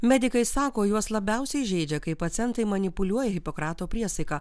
medikai sako juos labiausiai žeidžia kai pacientai manipuliuoja hipokrato priesaika